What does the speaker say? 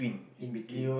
in between